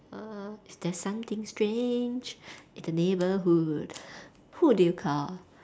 err there's something strange in the neighbourhood who do you call